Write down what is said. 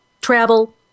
travel